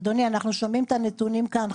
אדוני, אנחנו שומעים את הנתונים כאן.